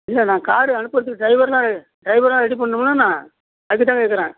இல்லை நான் காரு அனுப்புகிறத்துக்கு ட்ரைவர்லாம் ட்ரைவர்லாம் ரெடி பண்ணும்ல நான் அதுக்காக கேட்குறேன்